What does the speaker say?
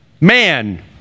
Man